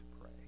pray